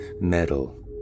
metal